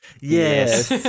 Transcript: yes